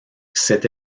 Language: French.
cette